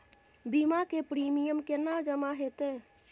बीमा के प्रीमियम केना जमा हेते?